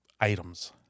items